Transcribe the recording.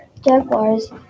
jaguars